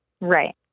Right